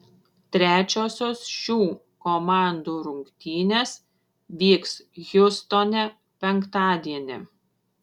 trečiosios šių komandų rungtynės vyks hjustone penktadienį